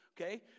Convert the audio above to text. okay